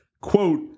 quote